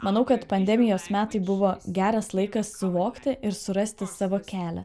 manau kad pandemijos metai buvo geras laikas suvokti ir surasti savo kelią